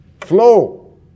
flow